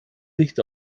licht